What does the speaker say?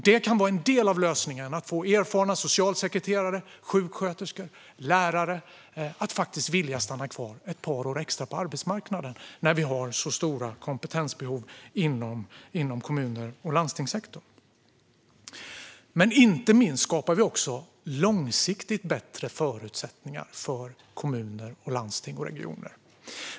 Det kan vara en del av lösningen att få erfarna socialsekreterare, sjuksköterskor och lärare att vilja stanna kvar på arbetsmarknaden ett par år extra när vi har så stora kompetensbehov inom kommun och landstingssektorn. Inte minst skapar vi långsiktigt bättre förutsättningar för kommuner, landsting och regioner.